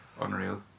Unreal